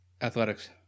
Athletics